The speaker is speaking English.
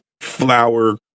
flower